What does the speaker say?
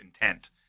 intent